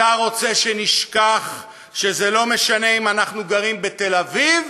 אתה רוצה שנשכח שזה לא משנה אם אנחנו גרים בתל-אביב